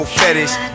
fetish